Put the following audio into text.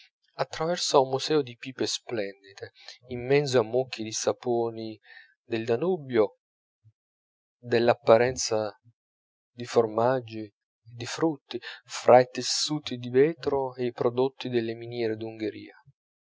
a un museo di pipe splendide in mezzo a mucchi di saponi del danubio dell'apparenza di formaggi e di frutti fra i tessuti di vetro e i prodotti delle miniere d'ungheria